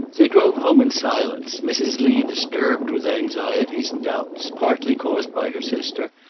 they drove home in silence, mrs. lee disturbed with anxieties and doubts, partly caused by her sister,